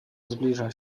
zbliża